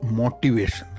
motivation